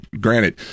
granted